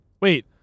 Wait